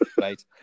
Right